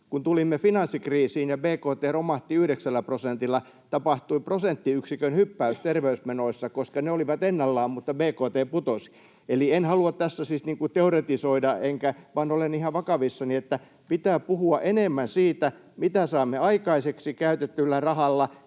Kun tulimme finanssikriisiin ja bkt romahti yhdeksällä prosentilla, tapahtui prosenttiyksikön hyppäys terveysmenoissa, koska ne olivat ennallaan mutta bkt putosi. En halua tässä siis teoretisoida, vaan olen ihan vakavissani, että pitää puhua enemmän siitä, mitä saamme aikaiseksi käytetyllä rahalla,